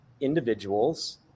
individuals